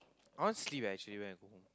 I want sleep eh actually when I go home